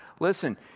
Listen